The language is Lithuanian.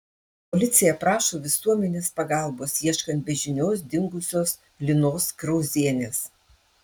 policija prašo visuomenės pagalbos ieškant be žinios dingusios linos krauzienės